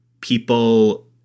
people